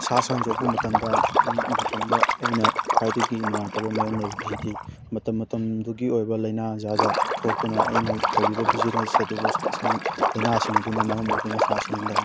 ꯁꯥ ꯁꯟ ꯌꯣꯛꯄ ꯃꯇꯝꯗ ꯃꯇꯝꯗ ꯑꯩꯅ ꯈ꯭ꯋꯥꯏꯗꯒꯤ ꯅꯨꯡꯉꯥꯏꯇꯕ ꯃꯥꯌꯣꯛꯅꯔꯤꯕꯁꯤꯗꯤ ꯃꯇꯝ ꯃꯇꯝꯗꯨꯒꯤ ꯑꯣꯏꯕ ꯂꯥꯏꯅꯥ ꯖꯥꯠ ꯖꯥꯠ ꯊꯣꯔꯛꯇꯨꯅ ꯑꯩꯅ ꯇꯧꯔꯤꯕ ꯕꯤꯖꯤꯅꯦꯁ ꯑꯗꯨꯕꯨ ꯁꯥ ꯁꯟ ꯂꯥꯏꯅꯥꯁꯤꯡ ꯑꯗꯨꯅ ꯃꯔꯝ ꯑꯣꯏꯗꯨꯅ ꯁꯥ ꯁꯟꯗ